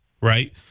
right